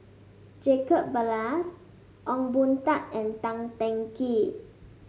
Jacob Ballas Ong Boon Tat and Tan Teng Kee